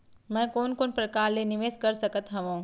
मैं कोन कोन प्रकार ले निवेश कर सकत हओं?